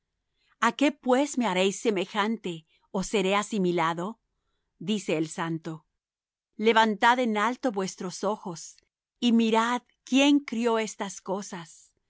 a qué pues me haréis semejante ó seré asimilado dice el santo levantad en alto vuestros ojos y mirad quién crió estas cosas